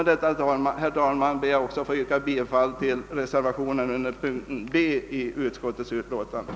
Jag ber, herr talman, att få yrka bifall även till reservationen vid mom. B i utskottets hemställan.